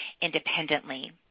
independently